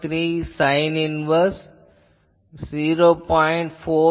3 sine inverse 0